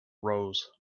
rose